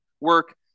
work